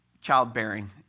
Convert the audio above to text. childbearing